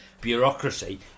bureaucracy